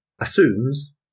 assumes